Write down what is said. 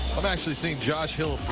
um actually think josh hill.